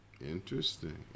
Interesting